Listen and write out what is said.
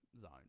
zone